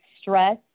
stress